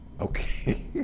Okay